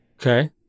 Okay